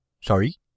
sorry